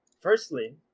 Firstly